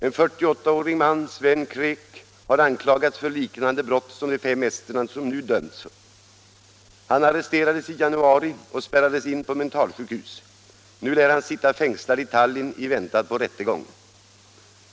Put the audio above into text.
En 48-årig man, Sven Kreek, har anklagats för liknande brott som de fem esterna nu dömts för. Han arresterades i januari och spärrades in på mentalsjukhus. Nu lär han sitta fängslad i Tallinn i väntan på rättegång.